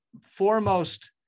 foremost